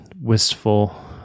Wistful